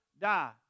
die